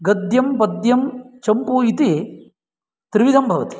गद्यं पद्यं चम्पू इति त्रिविधं भवति